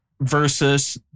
versus